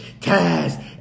Taz